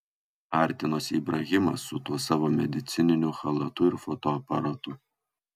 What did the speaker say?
artinosi ibrahimas su tuo savo medicininiu chalatu ir fotoaparatu